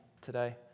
today